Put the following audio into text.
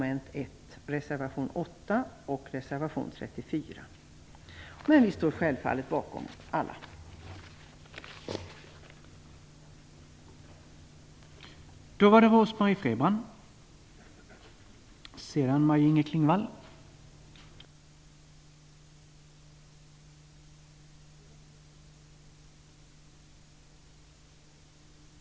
1, reservation 8 och reservation 34, men vi står självfallet bakom alla våra reservationer.